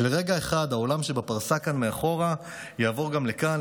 שלרגע אחד האולם שבפרסה כאן מאחור יעבור גם לכאן,